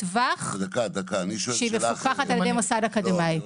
טווח שהיא מפוקחת על ידי מוסד אקדמאי.